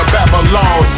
Babylon